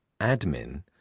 Admin